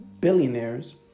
billionaires